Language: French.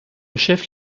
chef